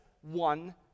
one